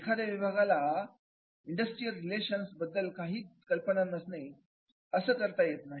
एखाद्या विभागाला industrial relation बद्दल काहीच कल्पना नाही असं करता येत नाही